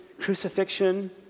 crucifixion